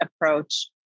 approach